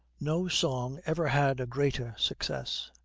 no song ever had a greater success.